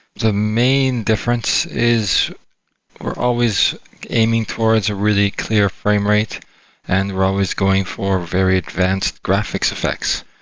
the main difference is we're always aiming towards a really clear framerate and we're always going for very advanced graphics effects.